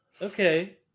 okay